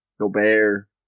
Gobert